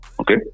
Okay